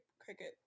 cricket